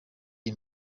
iyi